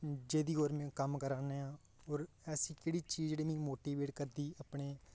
जेह्दी ओर में कम्म करै ने आ और ऐसी केह्ड़ी चीज जेह्ड़ी मी मोटीवेट करदी अपने